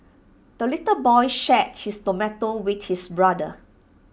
the little boy shared his tomato with his brother